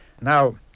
Now